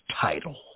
title